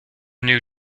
new